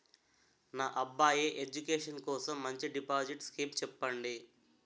నా అబ్బాయి ఎడ్యుకేషన్ కోసం మంచి డిపాజిట్ స్కీం చెప్పండి